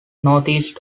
northeast